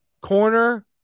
corner